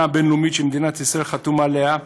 הבין-לאומית שמדינת ישראל חתומה עליה,